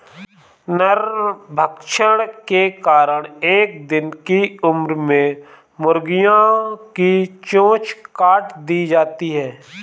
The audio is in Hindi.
नरभक्षण के कारण एक दिन की उम्र में मुर्गियां की चोंच काट दी जाती हैं